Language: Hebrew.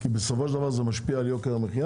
כי בסופו של דבר זה משפיע על יוקר המחיה